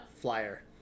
flyer